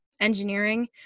engineering